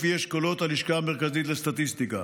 לפי אשכולות הלשכה המרכזית לסטטיסטיקה,